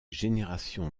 générations